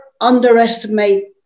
underestimate